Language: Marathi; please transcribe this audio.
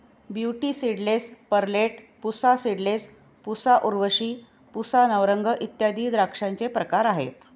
beauty seedless, Perlette, Pusa seedless, Pusa Urvashi, Pusa Navrang इत्यादी द्राक्षांचे प्रकार आहेत